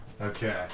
okay